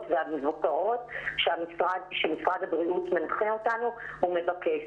והמבוקרות שמשרד הבריאות מנחה אותנו ומבקש.